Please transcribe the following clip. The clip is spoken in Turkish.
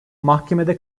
mahkemede